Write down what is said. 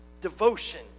devotion